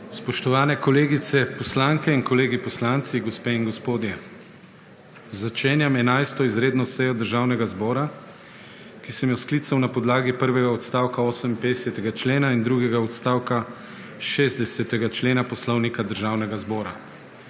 Spoštovani kolegice poslanke in kolegi poslanci, gospe in gospodje, začenjam 11. izredno sejo Državnega zbora, ki sem jo sklical na podlagi prvega odstavka 58. člena in drugega odstavka 60. člena Poslovnika Državnega zbora.